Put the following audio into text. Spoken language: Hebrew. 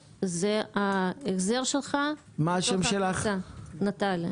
הופך להיות איום אם הוא לא יעמוד בהלוואה המשלימה.